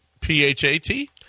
P-H-A-T